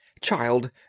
Child